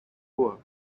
moore